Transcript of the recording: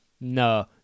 No